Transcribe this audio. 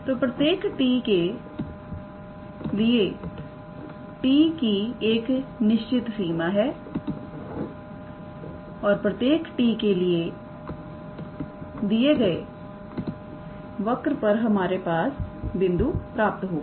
तो प्रत्येक t के लिए t कि एक निश्चित सीमा है और प्रत्येक t के लिए दी गए वर्क पर हमें एक बिंदु प्राप्त होगा